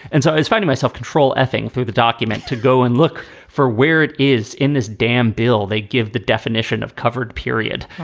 and so i was finding myself control f ing through the document to go and look for where it is in this damn bill. they give the definition of covered period.